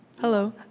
hello.